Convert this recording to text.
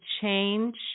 change